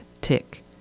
tick